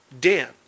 Dan